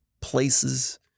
places